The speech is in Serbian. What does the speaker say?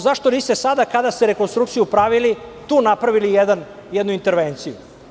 Zašto niste sada kada ste pravili rekonstrukciju tu napravili jednu intervenciju?